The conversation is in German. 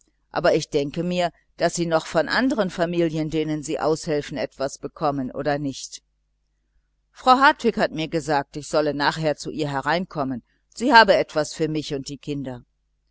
aber ich denke mir daß sie noch von anderen familien denen sie aushelfen etwas bekommen oder nicht frau hartwig hat mich angerufen ich solle nachher zu ihr herein kommen sie habe etwas für mich und die kinder